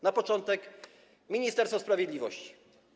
Na początek Ministerstwo Sprawiedliwości.